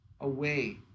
away